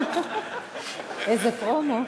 איזה פרומו.